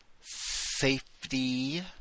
safety